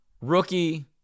rookie